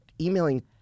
emailing